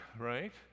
right